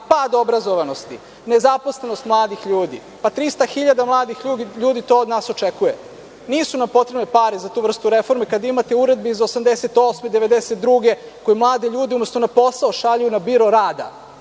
pad obrazovanosti, nezaposlenost mladih ljudi, 300.000 mladih ljudi to od nas očekuje. Nisu nam potrebne pare za tu vrstu reformi kada imate uredbe iz 1988. godine, iz 1992. godine koje mlade ljude umesto na posao šalju na biro rada.